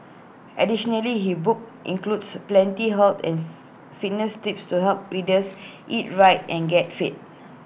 additionally he book includes plenty her and fitness tips to help readers eat right and get fit